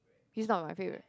he's not my favourite